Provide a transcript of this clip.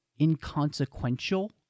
inconsequential